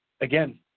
Again